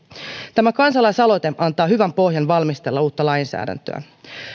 tämä kansalaisaloite antaa hyvän pohjan valmistella uutta lainsäädäntöä